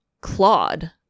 Claude